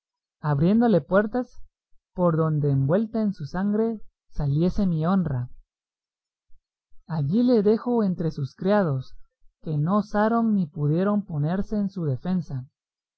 abriéndole puertas por donde envuelta en su sangre saliese mi honra allí le dejo entre sus criados que no osaron ni pudieron ponerse en su defensa